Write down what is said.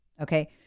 okay